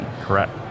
Correct